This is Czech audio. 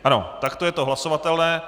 Ano, takto je to hlasovatelné.